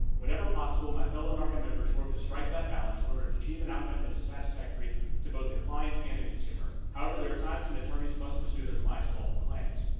whenever possible, my fellow narca members work to strike that balance in order to achieve an outcome that is satisfactory to both the client and the consumer. however, there are times when attorneys must pursue their clients' lawful claims.